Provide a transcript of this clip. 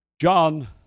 John